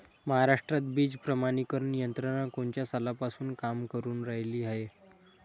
महाराष्ट्रात बीज प्रमानीकरण यंत्रना कोनच्या सालापासून काम करुन रायली हाये?